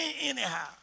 anyhow